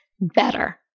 Better